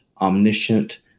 omniscient